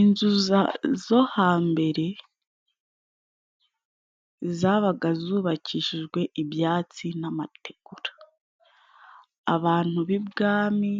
Inzu zo hambere zabaga zubakishijwe ibyatsi n'amategura. Abantu b'ibwami